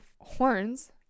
horns